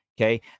okay